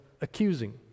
accusing